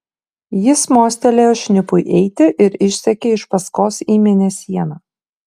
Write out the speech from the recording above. jis mostelėjo šnipui eiti ir išsekė iš paskos į mėnesieną